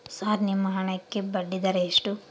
Sir ನಿಮ್ಮ ಹಣಕ್ಕೆ ಬಡ್ಡಿದರ ಎಷ್ಟು?